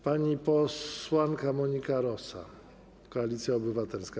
Pani posłanka Monika Rosa, Koalicja Obywatelska.